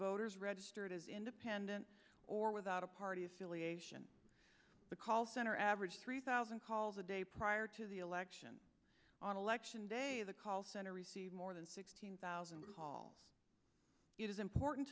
voters registered as independent or without a party affiliation the call center averaged three thousand calls a day prior to the election on election day the call center received more than sixteen thousand recall it is important